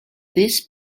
this